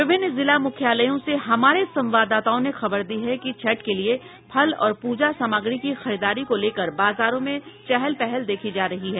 विभिन्न जिला मुख्यालयों से हमारे संवाददाताओं ने खबर दी है कि छठ के लिए फल और पूजा सामग्री की खरीदारी को लेकर बाजारों में चहल पहल देखी जा रही है